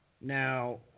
Now